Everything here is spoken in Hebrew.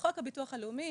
בחוק הביטוח הלאומי